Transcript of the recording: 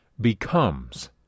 becomes